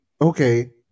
okay